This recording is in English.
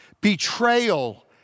betrayal